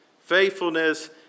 Faithfulness